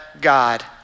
God